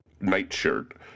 nightshirt